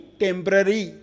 temporary